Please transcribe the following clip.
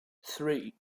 three